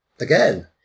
Again